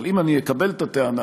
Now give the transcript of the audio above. אבל אם אני אקבל את הטענה,